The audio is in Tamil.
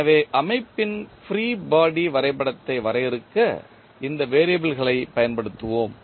எனவே அமைப்பின் ஃப்ரீ பாடி வரைபடத்தை வரையறுக்க இந்த வெறியபிள்களைப் பயன்படுத்துவோம்